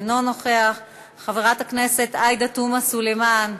אינו נוכח, חברת הכנסת עאידה תומא סלימאן,